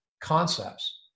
concepts